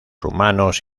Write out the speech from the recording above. humanos